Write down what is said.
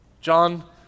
John